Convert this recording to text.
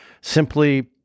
simply